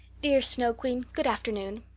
dear snow queen, good afternoon.